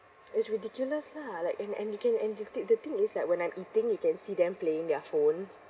it's ridiculous ya like and and looking and the thing is that when I'm eating you can see them playing their phone